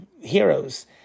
heroes